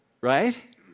Right